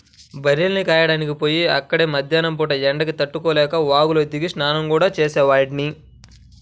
బర్రెల్ని కాయడానికి పొయ్యి అక్కడే మద్దేన్నం పూట ఎండకి తట్టుకోలేక వాగులో దిగి స్నానం గూడా చేసేవాడ్ని